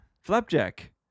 Flapjack